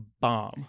bomb